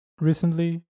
recently